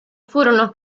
furono